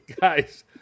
Guys